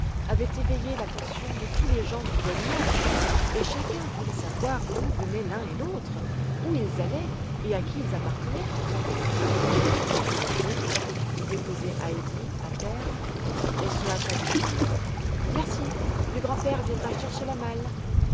avaient éveillé l'attention de tous les gens du voisinage et chacun voulait savoir d'où venaient l'un et l'autre où ils allaient et à qui ils appartenaient lorsque le boulanger eut déposé heidi à terre elle se hâta de dire merci le grand-père viendra chercher la malle